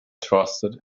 trusted